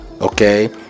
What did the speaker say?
okay